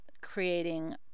creating